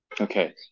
Okay